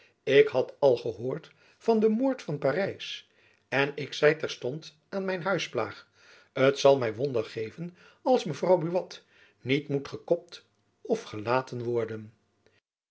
ik had al gehoord van den moord van parijs en ik zei terstond aan mijn huisplaag t zal my wonder geven als mevrouw buat niet moet gekopt of gelaten worden